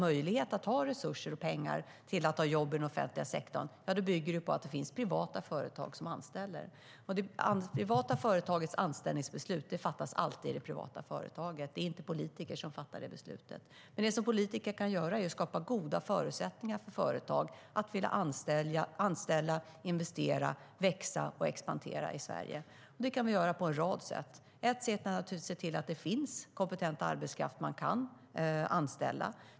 Men resurser och pengar till jobb i den offentliga sektorn bygger på att det finns privata företag som anställer. Detta kan vi göra på en rad sätt. Ett sätt är naturligtvis att se till att det finns kompetent arbetskraft som man kan anställa.